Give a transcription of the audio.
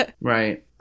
Right